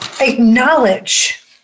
Acknowledge